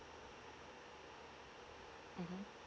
mmhmm